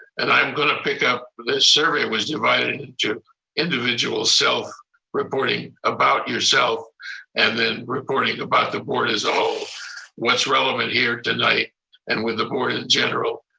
and i'm going to pick up this survey was divided into individual self reporting about yourself and then reporting about the board is, oh, what's relevant here tonight and with the board in general,